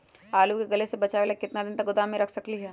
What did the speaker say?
आलू के गले से बचाबे ला कितना दिन तक गोदाम में रख सकली ह?